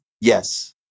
yes